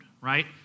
right